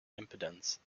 impedance